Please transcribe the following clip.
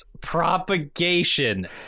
propagation